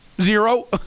zero